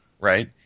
right